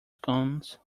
cones